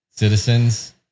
citizens